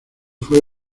fue